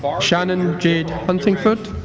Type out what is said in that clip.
shannon jayde huntingford